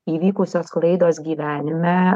įvykusios klaidos gyvenime